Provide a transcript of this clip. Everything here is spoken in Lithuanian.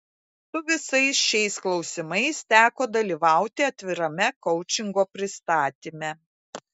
su visais šiais klausimais teko dalyvauti atvirame koučingo pristatyme